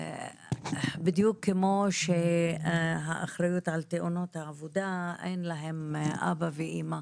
בדיוק כמו שהאחריות על תאונות העבודה אין להם אבא ואמא,